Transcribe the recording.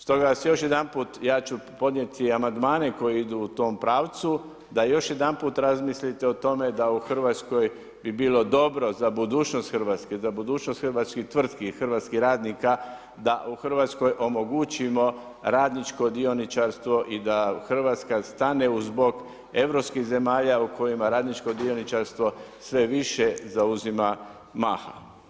Stoga vas još jedanput, ja ću podnijeti amandmane koji idu u tom pravcu da još jednom razmislite o tome da u Hrvatskoj bi bilo dobro za budućnost Hrvatske, za budućnost hrvatskih tvrtki i hrvatskih radnika da u Hrvatskoj omogućimo radničko dioničarstvo i da Hrvatska stane uz bok europskih zemalja u kojima radničko dioničarstvo sve više zauzima maha.